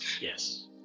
Yes